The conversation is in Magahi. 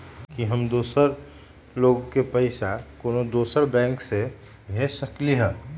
कि हम दोसर लोग के पइसा कोनो दोसर बैंक से भेज सकली ह?